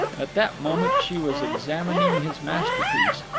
at that moment she was examining his masterpiece,